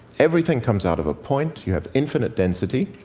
everything comes out of a point you have infinite density.